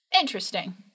Interesting